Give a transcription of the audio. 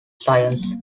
science